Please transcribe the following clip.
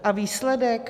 A výsledek?